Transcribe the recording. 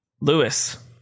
Lewis